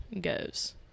goes